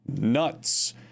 nuts